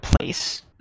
place